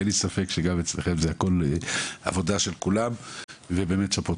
ואין לי ספק שגם אצלכם זה הכול עבודה של כולם ובאמת שאפו.